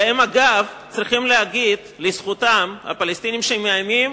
הם, אגב, צריך להגיד לזכותם, הפלסטינים, שמאיימים,